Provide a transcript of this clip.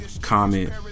comment